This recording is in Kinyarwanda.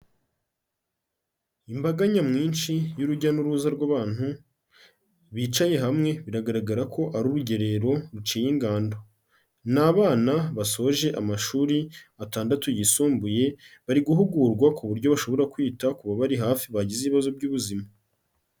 Imbaga nyamwinshi y'urujya n'uruza rw'abantu bicaye hamwe, biragaragara ko ari urugerero ruciye ingando. Ni abana basoje amashuri atandatu yisumbuye, bari guhugurwa ku buryo bashobora kwita ku babari hafi bagize ibibazo by'ubuzima.